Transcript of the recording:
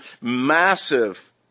massive